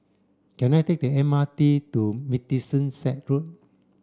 can I take the M R T to Middlesex Road